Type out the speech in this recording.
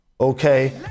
okay